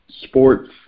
sports